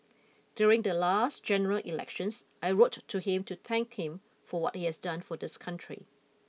during the last general elections I wrote to him to thank him for what he has done for this country